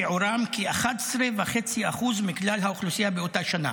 שיעורם כ-11.5% מכלל האוכלוסייה באותה שנה.